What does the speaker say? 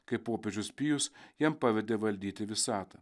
kai popiežius pijus jam pavedė valdyti visatą